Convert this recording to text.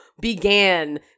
began